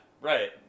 Right